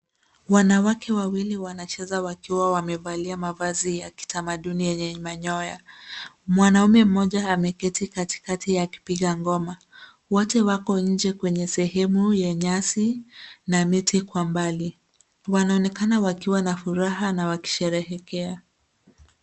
Wanawake wawili wanacheza wakiwa wamevalia mavazi kitamaduni yenye manyoya. Mwanaume moja ameketi katikati akipiga ngoma. Wote wako nje kwenye sehemu ya nyasi na miti kwa mbali. Wanaonekana wakiwa na furaha na wakisherehekea.